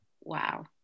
Wow